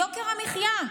יוקר המחיה,